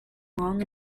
long